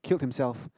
killed himself